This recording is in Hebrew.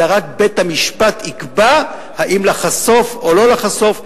אלא רק בית-המשפט יקבע אם לחשוף או לא לחשוף.